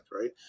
right